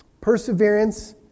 perseverance